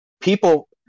People